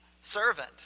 servant